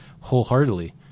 wholeheartedly